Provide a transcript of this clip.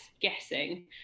guessing